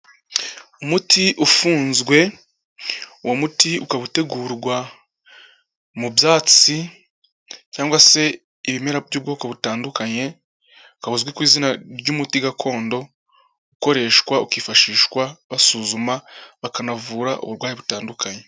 Umuti ufunzwe uwo muti ukaba utegurwa mu byatsi cyangwa se ibimera by'ubwoko butandukanye, ukaba uzwi ku izina ry'umuti gakondo ukoreshwa, ukifashishwa basuzuma bakanavura uburwayi butandukanye.